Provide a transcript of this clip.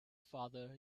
father